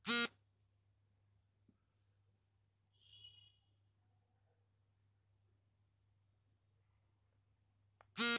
ಅಕೌಂಟಿನಲ್ಲಿ ಏಕತೆಯನ್ನು ತರಲು ಭಾರತದಲ್ಲಿ ಇಂಡಿಯನ್ ಅಕೌಂಟಿಂಗ್ ಸ್ಟ್ಯಾಂಡರ್ಡ್ ಸಿಸ್ಟಮ್ ಇದೆ